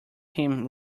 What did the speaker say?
him